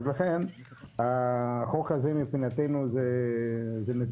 אז לכן החוק הזה מבחינתנו זה מצויין.